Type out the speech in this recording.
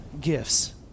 gifts